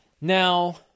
Now